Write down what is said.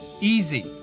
Easy